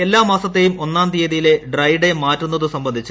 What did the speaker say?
എല്ലാമാസത്തേയും ഒന്നാം തീയ്യതിയിലെ ഡ്രൈഡേ മാറ്റുന്നത് സംബന്ധിച്ച്